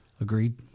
Agreed